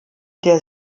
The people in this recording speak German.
der